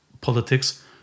politics